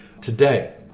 Today